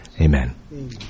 Amen